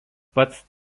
pats